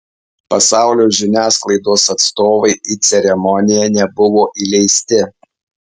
pasaulio žiniasklaidos atstovai į ceremoniją nebuvo įleisti